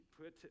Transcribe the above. put